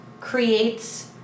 creates